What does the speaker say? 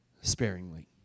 sparingly